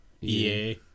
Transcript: EA